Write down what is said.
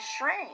shrink